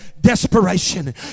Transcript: desperation